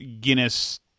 Guinness